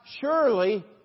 surely